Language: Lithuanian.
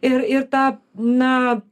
ir ir tą na